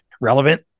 relevant